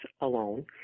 alone